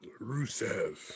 Rusev